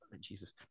Jesus